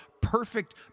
perfect